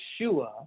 Yeshua